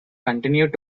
continued